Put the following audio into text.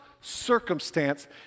circumstance